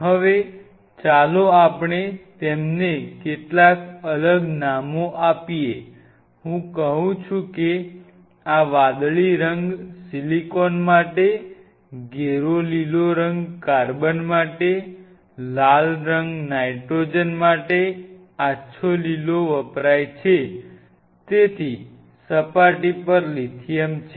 હવે ચાલો આપણે તેમને કેટલાક અલગ નામો આપીએ હું કહું છું કે આ વાદળી રંગ સિલિકોન માટે ઘેરો લીલો રંગ કાર્બન માટે લાલ નાઇટ્રોજન માટે આછો લીલો વપરાય છે તેથી સપાટી પર લિથિયમ છે